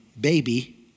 baby